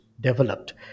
developed